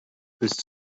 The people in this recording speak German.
willst